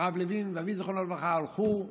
והרב לוין ואבי, זיכרונו לברכה, הלכו,